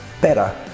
better